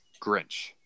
Grinch